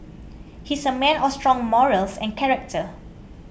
he's a man of strong morals and character